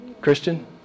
Christian